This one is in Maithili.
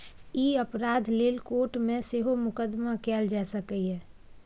ई अपराध लेल कोर्ट मे सेहो मुकदमा कएल जा सकैए